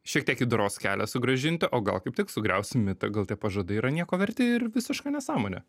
šiek tiek į doros kelią sugrąžinti o gal kaip tik sugriausim mitą gal tie pažadai yra nieko verti ir visiška nesąmonė